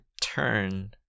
turn